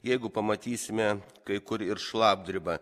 jeigu pamatysime kai kur ir šlapdribą